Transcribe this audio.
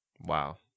Wow